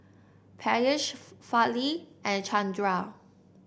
Peyush Fali and Chandra